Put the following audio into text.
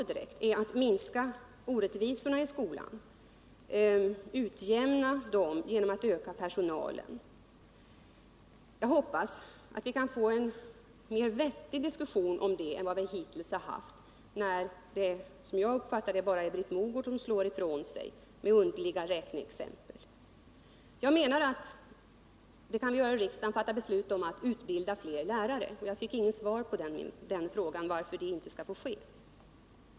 Ett sätt är att utöka personalen där behoven för detta är stora, dvs. vårt 100 milj.kr.-program. Jag hoppas att vi kan få en vettigare diskussion om det än vad vi hittills har haft. Som jag uppfattar det slår Britt Mogård bara ifrån sig med underliga räkneexempel. Riksdagen borde fatta beslut om att fler lärare skall utbildas. Jag fick inget svar på frågan varför det inte kan ske.